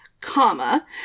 comma